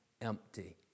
empty